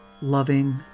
loving